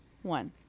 One